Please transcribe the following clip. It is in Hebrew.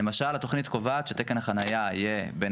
למשל התוכנית קובעת שתקן החניה יהיה בין